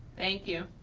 thank you.